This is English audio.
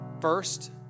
First